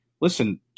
listen